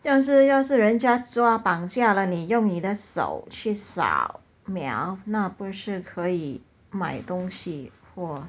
但是要是人家抓绑架了你用你的手去扫描那不是可以买东西或